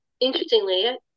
Interestingly